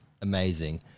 amazing